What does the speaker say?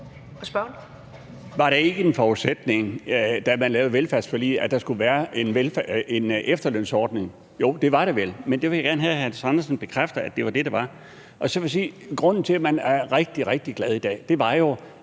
Var det ikke en forudsætning, da man lavede velfærdsforliget, at der skulle være en efterlønsordning? Jo, det var der vel, men det vil jeg gerne have at hr. Hans Andersen bekræfter var det der var. Så vil jeg sige, at grunden til, at man er rigtig, rigtig glad i dag, jo